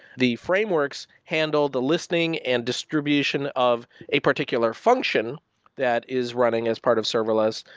the frameworks handle the listing and distribution of a particular function that is running as part of serverless,